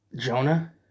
Jonah